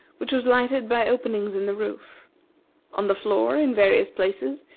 which was lighted by openings in the roof on the floor, in various places,